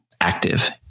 active